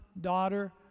daughter